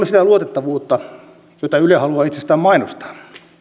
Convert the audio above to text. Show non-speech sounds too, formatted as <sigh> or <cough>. <unintelligible> sitä luotettavuutta jota yle haluaa itsestään mainostaa